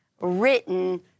written